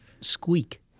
squeak